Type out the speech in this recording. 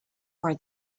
for